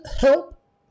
help